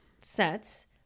sets